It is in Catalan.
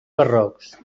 barrocs